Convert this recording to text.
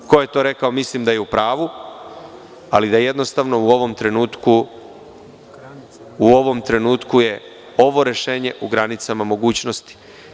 Ko je to rekao mislim da je u pravu, ali da jednostavno u ovom trenutku je ovo rešenje u granicama mogućnosti.